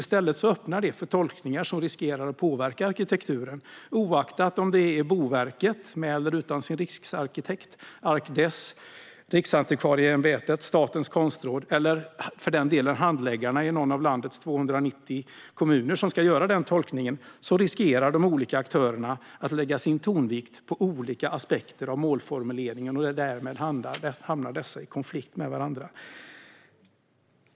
I stället öppnar det för tolkningar som riskerar att påverka arkitekturen. Oavsett om det är Boverket, med eller utan sin riksarkitekt, Arkdes, Riksantikvarieämbetet, Statens konstråd eller för den delen handläggarna i någon av landets 290 kommuner som ska göra den tolkningen, riskerar de olika aktörerna att lägga sin tonvikt på olika aspekter av målformuleringen, och därmed hamnar dessa i konflikt med varandra.